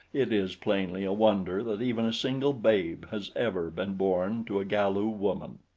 it is plainly a wonder that even a single babe has ever been born to a galu woman.